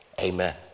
Amen